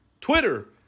Twitter